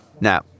Now